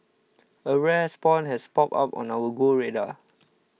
a rare spawn has popped up on our go radar